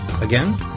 again